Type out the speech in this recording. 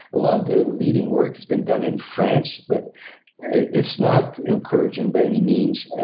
a lot of the leading work has been done in france but it's not encouraging by any means.